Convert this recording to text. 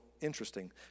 interesting